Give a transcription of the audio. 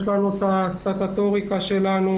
יש לנו את הסטטוטוריקה שלנו,